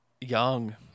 young